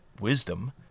wisdom